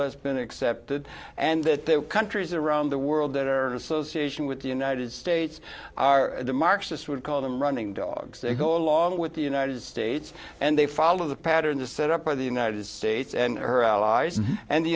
less been accepted and that countries around the world that are association with the united states are the marxist would call them running dogs that go along with the united states and they follow the pattern that set up by the united states and her allies and the